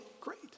great